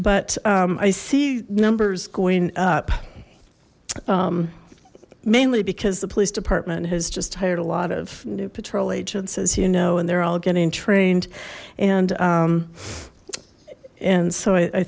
but i see numbers going up mainly because the police department has just hired a lot of new patrol agents as you know and they're all getting trained and and so i